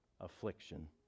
affliction